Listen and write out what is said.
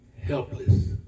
helpless